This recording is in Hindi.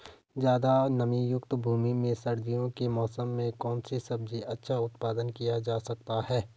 ज़्यादा नमीयुक्त भूमि में सर्दियों के मौसम में कौन सी सब्जी का अच्छा उत्पादन किया जा सकता है?